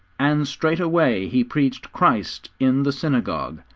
and straightway he preached christ in the synagogues,